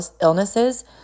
illnesses